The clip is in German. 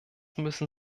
müssen